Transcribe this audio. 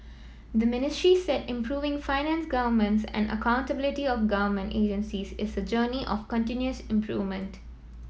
the Ministry said improving finance governance and accountability of government agencies is a journey of continuous improvement